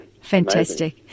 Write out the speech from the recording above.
Fantastic